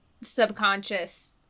subconscious